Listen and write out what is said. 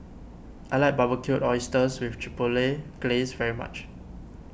I like Barbecued Oysters with Chipotle Glaze very much